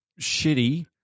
shitty